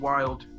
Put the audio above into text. Wild